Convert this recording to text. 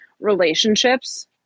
relationships